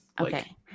Okay